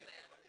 שלום לכולם.